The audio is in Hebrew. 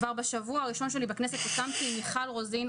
כבר בשבוע הראשון שלי בכנסת הקמתי עם מיכל רוזין,